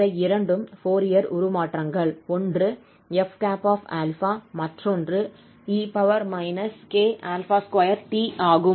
இவை இரண்டும் ஃபோரியர் உருமாற்றங்கள் ஒன்று 𝑓̂𝛼 மற்றொன்று e k2t ஆகும்